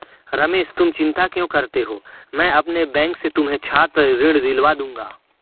रमेश तुम चिंता क्यों करते हो मैं अपने बैंक से तुम्हें छात्र ऋण दिलवा दूंगा